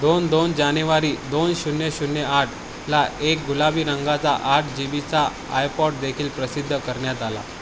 दोन दोन जानेवारी दोन शून्य शून्य आठला एक गुलाबी रंगाचा आठ जी बीचा आयपॉड देखील प्रसिद्ध करण्यात आला